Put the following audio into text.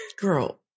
girl